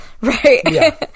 right